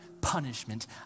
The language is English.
punishment